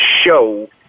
show